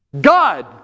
God